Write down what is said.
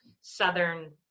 Southern